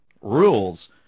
rules